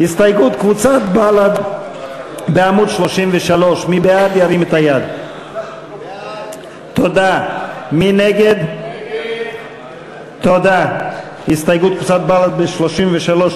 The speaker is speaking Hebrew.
הסתייגות קבוצת בל"ד בעמוד 33. ההסתייגויות של קבוצת סיעת בל"ד לסעיף 06,